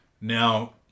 Now